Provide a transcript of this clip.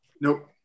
Nope